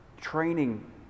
training